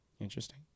interesting